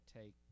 take